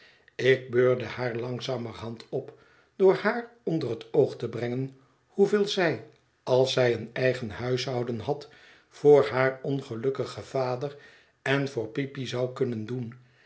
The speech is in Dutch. ik beurde haar langzamerhand op door haar onder het oog te brengen hoeveel zij als zij een eigen huishouden had voor haar ongelukkigen vader en voor peepy zou kunnen doen